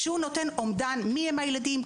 שנותן אומדן מי הם הילדים,